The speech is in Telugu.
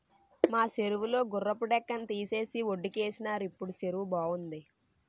మా సెరువు లో గుర్రపు డెక్కని తీసేసి వొడ్డుకేసినారు ఇప్పుడు సెరువు బావుంది